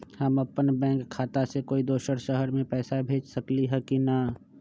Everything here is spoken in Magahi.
हम अपन बैंक खाता से कोई दोसर शहर में पैसा भेज सकली ह की न?